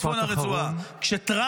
משפט אחרון.